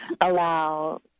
allow